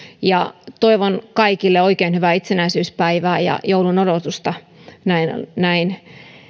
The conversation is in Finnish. ja toivon kaikille oikein hyvää itsenäisyyspäivää ja joulun odotusta näin näin